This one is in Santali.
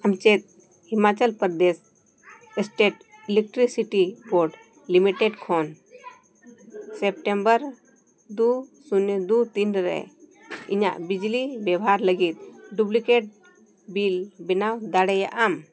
ᱟᱢ ᱪᱮᱫ Himachal Pradesh state electricity board limited ᱠᱷᱚᱱ ᱥᱮᱹᱯᱴᱮᱹᱢᱵᱚᱨ ᱫᱩ ᱥᱩᱱᱱᱚ ᱫᱩ ᱛᱤᱱ ᱨᱮ ᱤᱧᱟᱹᱜ ᱵᱤᱡᱽᱞᱤ ᱵᱮᱣᱦᱟᱨ ᱞᱟᱹᱜᱤᱫ ᱰᱩᱵᱽᱞᱤᱠᱮᱹᱴ ᱵᱤᱞ ᱵᱮᱱᱟᱣ ᱫᱟᱲᱮᱭᱟᱜ ᱟᱢ